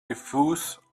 diffuse